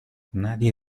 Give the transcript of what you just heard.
nadie